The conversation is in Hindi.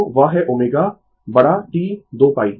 तो वह है ω बड़ा T 2 π